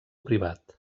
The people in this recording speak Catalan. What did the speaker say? privat